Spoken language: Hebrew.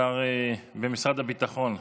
השר במשרד הביטחון.